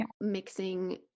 mixing